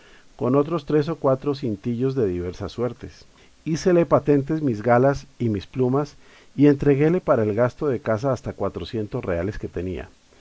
con otros tr es o cuatro cintillos de diversas suertes hícele patentes mis galas y mis plumas y entreguéle para el gasto de casa hasta cuatrocientos reales que tenía